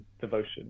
devotion